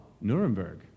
Nuremberg